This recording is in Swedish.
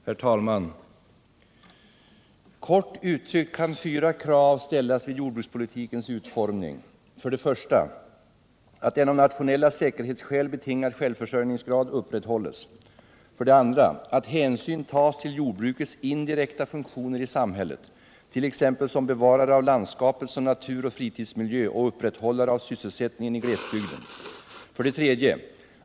Herr talman! ”Kort uttryckt kan fyra krav ställas på jordbrukspolitikens utformning: 1. Att en av nationella säkerhetsskäl betingad självförsörjningsgrad upprätthålls. 2. Att hänsyn tas till jordbrukets indirekta funktioner i samhället, t.ex. som bevarare av landskapet som naturoch fritidsmiljö och upprätthållare av sysselsättningen i glesbygden. 3.